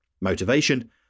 motivation